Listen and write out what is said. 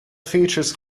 features